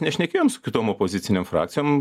nešnekėjom su kitom opozicinėm frakcijom